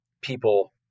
people